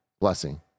blessing